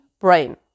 Brain